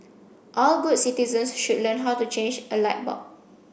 all good citizens should learn how to change a light bulb